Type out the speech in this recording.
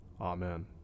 Amen